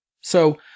So-